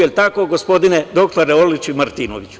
Jel tako, gospodine doktore Orliću i Martinoviću?